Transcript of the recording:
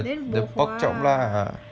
then bohua